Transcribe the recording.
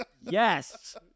yes